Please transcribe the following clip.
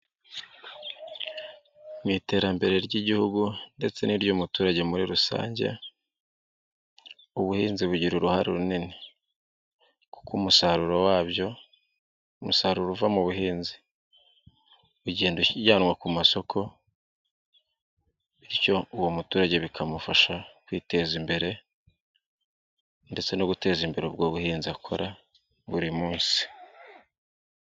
Mu iterambere ry'igihugu ndetse n'iry'umuturage muri rusange, ubuhinzi bugira uruhare runini kuko umusaruro wabyo, umusaruro uva mu buhinzi ugenda ujyanwa ku masoko bityo uwo muturage bikamufasha kwiteza imbere ndetse no guteza imbere ubwo buhinzi akora buri munsi.